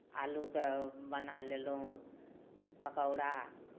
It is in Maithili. आलूके बना लेलहुँ पकौड़ा